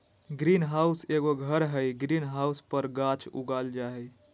green house एगो घर हइ, ग्रीन हाउस पर गाछ उगाल जा हइ